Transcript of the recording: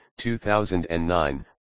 2009